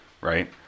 right